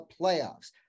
playoffs